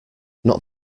not